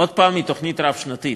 עוד פעם, לתוכנית רב-שנתית.